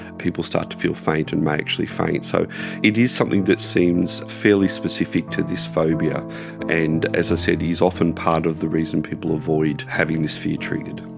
people start to feel faint and may actually faint. so it is something that seems fairly specific to this phobia and, as i said, is often part of the reason people avoid having this fear treated.